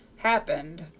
happened!